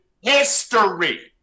history